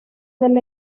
del